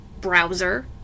browser